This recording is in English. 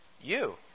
You